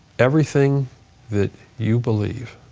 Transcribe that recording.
everything that you believe,